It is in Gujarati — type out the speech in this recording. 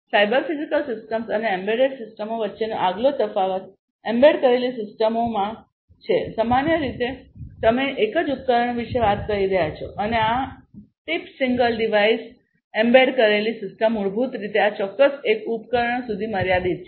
સાયબર ફિઝિકલ સિસ્ટમ્સ અને એમ્બેડેડ સિસ્ટમો વચ્ચેનો આગલો તફાવત એમ્બેડ કરેલી સિસ્ટમમાં છે સામાન્ય રીતે તમે એક જ ઉપકરણ વિશે વાત કરી રહ્યા છો અને આ ટિપ સિંગલ ડિવાઇસ એમ્બેડ કરેલી સિસ્ટમ મૂળભૂત રીતે આ ચોક્કસ એક ઉપકરણ સુધી મર્યાદિત છે